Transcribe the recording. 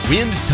Wind